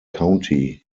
county